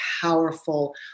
powerful